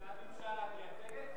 את עזמי בשארה את מייצגת?